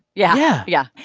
yeah yeah.